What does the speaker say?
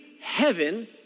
heaven